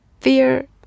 fear